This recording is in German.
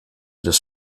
des